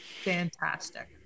Fantastic